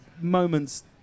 moments